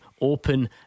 open